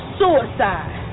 suicide